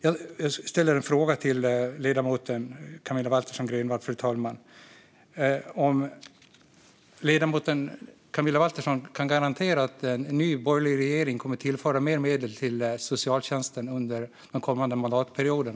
Jag ställer en fråga till ledamoten Camilla Waltersson Grönvall: Kan ledamoten garantera att en ny borgerlig regering, om det blir regimskifte, kommer att tillföra mer medel till socialtjänsten under den kommande mandatperioden?